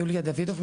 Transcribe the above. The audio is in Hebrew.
יוליה דוידוב,